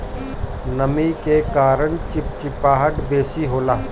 नमी के कारण चिपचिपाहट बेसी होला